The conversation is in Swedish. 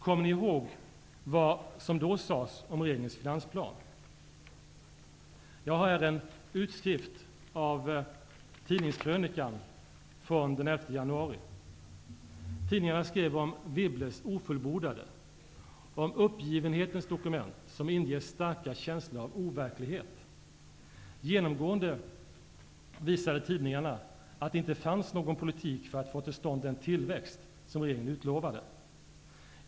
Kommer ni ihåg vad som då sades om regeringens finansplan? Jag har här en utskrift av Tidningskrönikan från den 11 januari. Tidningarna skrev om Wibbles ''ofullbordade'', om uppgivenhetens dokument, som inger starka känslor av overklighet. Genomgående visade tidningarna att det inte fanns någon politik för att få till stånd den tillväxt som regeringen utlovade.